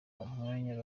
umwanya